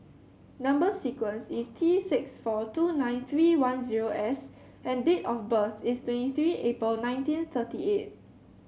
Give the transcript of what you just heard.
number sequence is T six four two nine three one zero S and date of birth is twenty three April nineteen thirty eight